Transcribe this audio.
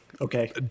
Okay